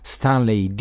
Stanley